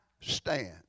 stand